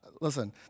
Listen